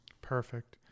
Perfect